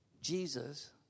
Jesus